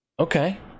okay